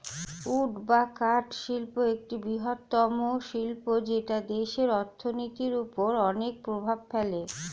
would বা কাঠ শিল্প একটি বৃহত্তম শিল্প যেটা দেশের অর্থনীতির ওপর অনেক প্রভাব ফেলে